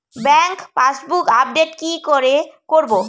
Bank passbook update কি করে করবো?